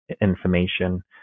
information